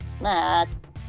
Max